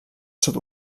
sud